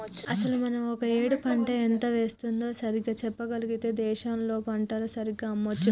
అసలు మనం ఒక ఏడు పంట ఎంత వేస్తుందో సరిగ్గా చెప్పగలిగితే దేశంలో పంటను సరిగ్గా అమ్మొచ్చు